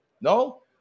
no